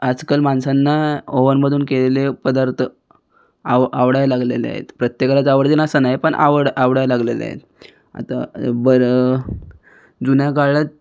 आजकाल माणसांना ओव्हनमधून केलेले पदार्थ आ आवडायला लागलेले आहेत प्रत्येकालाच आवडतील असं नाही पण आवड आवडायला लागलेलं आहे आता बरं जुन्या काळात